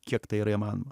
kiek tai yra įmanoma